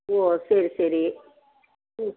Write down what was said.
ஓ சரி சரி ம்